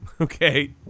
Okay